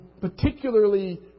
particularly